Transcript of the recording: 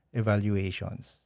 evaluations